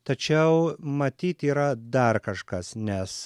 tačiau matyt yra dar kažkas nes